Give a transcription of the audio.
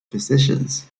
physicians